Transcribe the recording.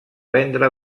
vendre